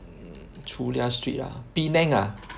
mm Chulia street ah Penang ah